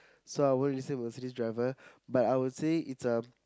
so I would listen to Mercedes driver but I would say it's a